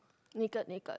naked naked